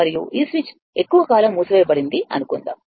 మరియు ఈ స్విచ్ ఎక్కువ కాలం మూసివేయబడింది అనుకుందాం